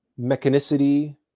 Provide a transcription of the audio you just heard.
mechanicity